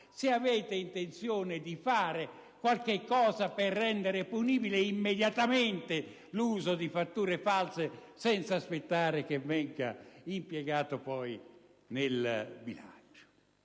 se avete intenzione di fare qualcosa per rendere punibile immediatamente l'uso di fatture false senza aspettare che vengano impiegate poi nei bilanci?